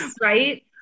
right